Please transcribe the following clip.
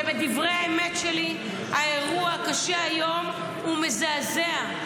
ובדברי האמת שלי, האירוע הקשה היום הוא מזעזע.